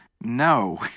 no